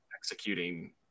Executing